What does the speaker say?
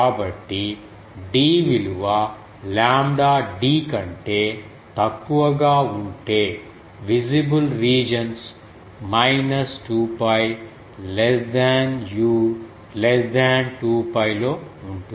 కాబట్టి d విలువ lambda d కంటే తక్కువగా ఉంటే విజిబుల్ రీజన్స్ 2 𝜋 u 2 𝜋 లో ఉంటుంది